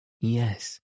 Yes